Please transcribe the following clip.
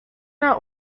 not